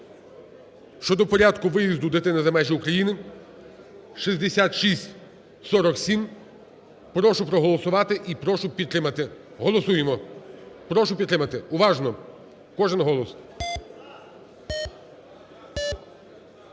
щодо порядку виїзду дитини за межі України (6647). Прошу проголосувати і прошу підтримати. Голосуємо. Прошу підтримати, уважно, кожен голос…